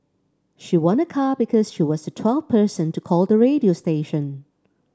she won a car because she was the twelfth person to call the radio station